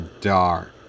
dark